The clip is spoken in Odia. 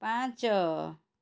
ପାଞ୍ଚ